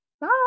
Bye